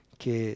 che